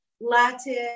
Latin